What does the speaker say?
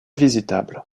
visitable